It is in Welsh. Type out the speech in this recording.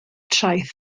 traeth